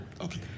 Okay